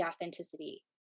authenticity